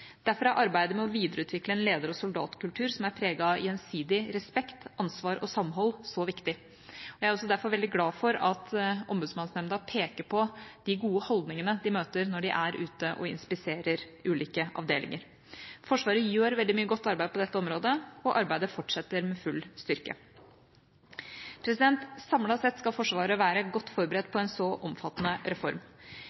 Derfor er arbeidet med å videreutvikle en leder- og soldatkultur som er preget av gjensidig respekt, ansvar og samhold, så viktig. Jeg er også derfor veldig glad for at Ombudsmannsnemnda peker på de gode holdningene de møter når de er ute og inspiserer ulike avdelinger. Forsvaret gjør veldig mye godt arbeid på dette området, og arbeidet fortsetter med full styrke. Samlet sett skal Forsvaret være godt forberedt